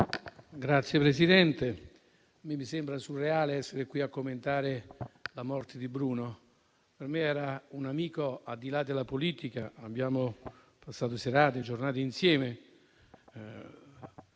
Signor Presidente, mi sembra surreale essere qui a commentare la morte di Bruno. Per me era un amico, al di là della politica. Abbiamo passato giornate e serate insieme;